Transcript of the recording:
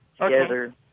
together